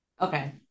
Okay